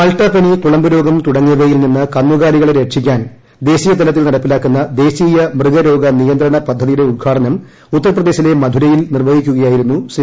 മാൾട്ടാപനി കുളമ്പുരോഗം തുടങ്ങിയവയിൽ നിന്ന് കന്നുകാലികളെ ്രക്ഷിക്കാൻ ദേശീയ തലത്തിൽ നടപ്പിലാക്കുന്ന ദേശീയ മൃഗരോഗ നിയന്ത്രണ പദ്ധതിയുടെ ഉദ്ഘാടനം ഉത്തർപ്രദേശിലെ മഥുരയിൽ നിർവ്വഹിക്കുകയായിരുന്നു ശ്രീ